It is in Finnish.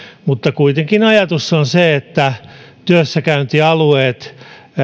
mutta kuitenkin ajatus on se että työssäkäyntialueet